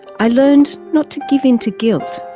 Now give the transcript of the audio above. i learned not to give in to guilt,